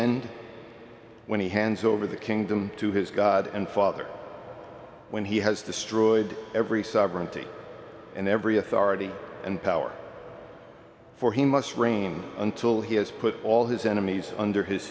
end when he hands over the kingdom to his god and father when he has destroyed every sovereignty and every authority and power for he must reign until he has put all his enemies under his